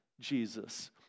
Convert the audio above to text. Jesus